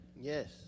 yes